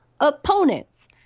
opponents